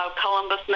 Columbus